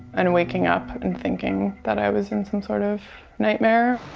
and waking up and thinking that i was in some sort of nightmare.